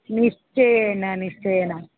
निश्चयेन निश्चयेन